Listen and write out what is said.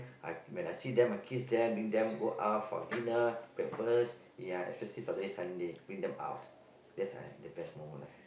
I when I see them I kiss them bring them go out for dinner breakfast ya especially Saturday Sunday bring them out that's uh the best moment I have